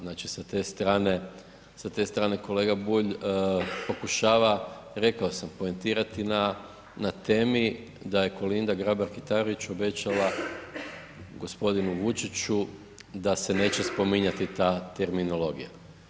Znači sa te strane, sa te strane kolega Bulj pokušava, rekao sam poentirati na temi da je Kolinda Grabar Kitarović obećala gospodinu Vučiću da se neće spominjati ta terminologija.